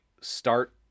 start